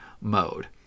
mode